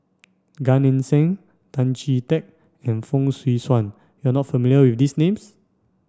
Gan Eng Seng Tan Chee Teck and Fong Swee Suan you are not familiar with these names